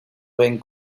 ven